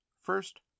First